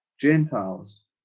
Gentiles